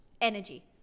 Energy